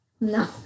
No